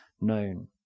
known